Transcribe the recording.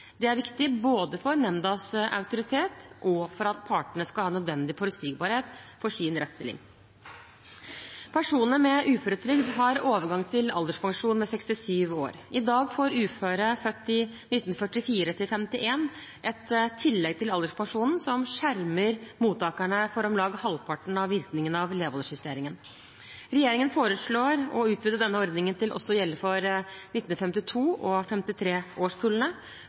Det er viktig både for nemndas autoritet og for at partene skal ha nødvendig forutsigbarhet for sin rettsstilling. Personer med uføretrygd har overgang til alderspensjon ved 67 år. I dag får uføre født i 1944–1951 et tillegg til alderspensjonen som skjermer mottakerne for om lag halvparten av virkningen av levealderjusteringen. Regjeringen foreslår å utvide denne ordningen til også å gjelde for 1952- og